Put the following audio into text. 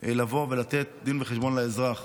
לבוא ולתת דין וחשבון לאזרח